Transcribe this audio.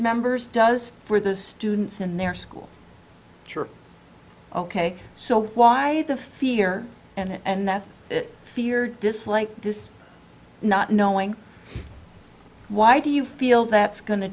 members does for the students in their school ok so why the fear and that's a fear dislike this not knowing why do you feel that's go